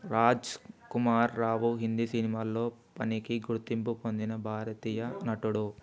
రాజ్ కుమార్ రావు హిందీ సినిమాల్లో పనికి గుర్తింపు పొందిన భారతీయ నటుడు